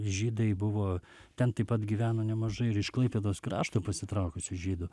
žydai buvo ten taip pat gyveno nemažai ir iš klaipėdos krašto pasitraukusių žydų